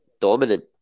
dominant